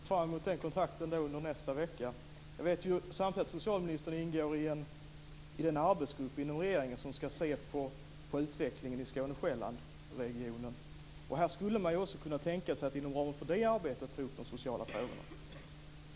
Fru talman! Jag ser fram mot den kontakten under nästa vecka. Jag vet samtidigt att socialministern ingår i en arbetsgrupp inom regeringen som ska se på utvecklingen i Skåne-Själland-regionen. Här skulle man kunna tänka sig att inom ramen för det arbetet ta upp de sociala frågorna.